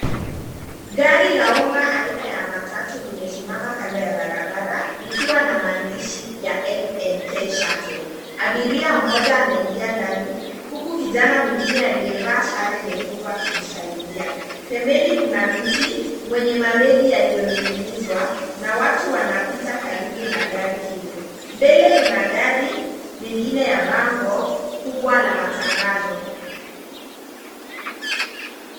Gari la umma aina ya matatu limesimama kando ya barabara, likiwa na maandishi ya NNK Shuttle. Abiria mmoja anaingia ndani, huku kijana mwingine aliyevaa sare nyekundu akimsaidia. Pembeni kuna mti mwenye mabeji yaliyoning'izwa na watu wanapita karibu na gari hilo. Mbele kuna gari, mengine ya bango kubwa la matangazo.